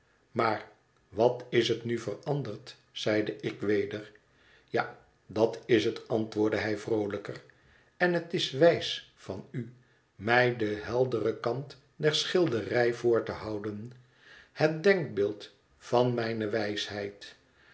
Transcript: maar wat is het nu veranderd zeide ik weder ja dat is het antwoordde hij vroolijker en het is wijs van u mij den helderen kant der schilderij voor te houden het denkbeeld van mijne wijsheid